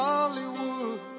Hollywood